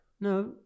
No